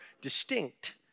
distinct